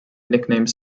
nickname